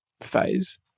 phase